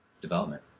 development